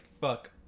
fuck